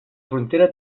frontera